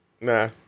nah